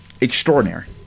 Extraordinary